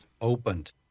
opened